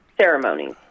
ceremonies